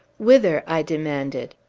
whither? i demanded.